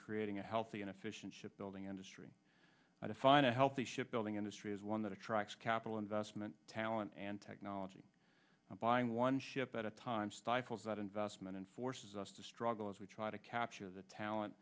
creating a healthy and efficient ship building industry i define a healthy ship building industry is one that attracts capital investment talent and technology buying one ship at a time stifles that investment and forces us to struggle as we try to capture the talent